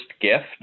gift